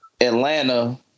Atlanta